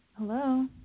hello